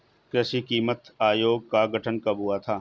कृषि कीमत आयोग का गठन कब हुआ था?